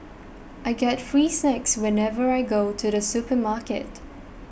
I get free snacks whenever I go to the supermarket